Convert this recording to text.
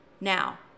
Now